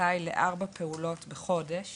זכאי לארבע פעולות בחודש